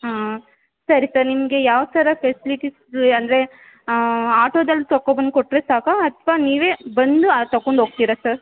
ಹಾಂ ಸರಿ ಸರ್ ನಿಮಗೆ ಯಾವ ಥರ ಫೆಸ್ಲಿಟೀಸು ಅಂದರೆ ಆಟೋದಲ್ಲಿ ತಗೋ ಬಂದು ಕೊಟ್ಟರೆ ಸಾಕಾ ಅಥವಾ ನೀವೇ ಬಂದು ಆ ತೊಗೊಂಡೋಗ್ತೀರ ಸರ್